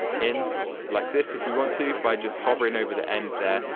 in like this if we want to by just hovering over the end there.